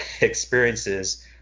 experiences